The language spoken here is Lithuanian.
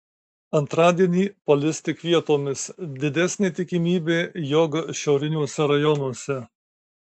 antradienį palis tik vietomis didesnė tikimybė jog šiauriniuose rajonuose